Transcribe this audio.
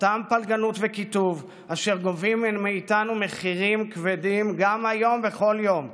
אותם פלגנות וקיטוב אשר גובים מאיתנו מחירים כבדים גם היום ובכל יום.